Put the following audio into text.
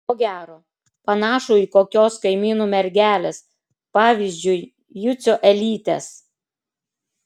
ko gero panašų į kokios kaimynų mergelės pavyzdžiui jucio elytės